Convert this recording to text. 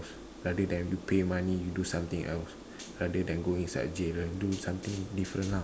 rather than you pay money you do something else rather than go inside jail right do something different ah